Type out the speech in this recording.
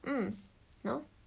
mm no